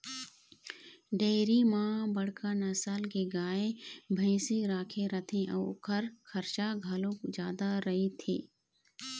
dairy म बड़का नसल के गाय, भइसी राखे जाथे अउ ओखर खरचा घलोक जादा रहिथे